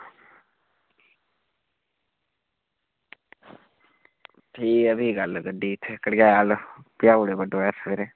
ठीक ऐ भी कल्ल गड्डी इत्थें कड़कयाल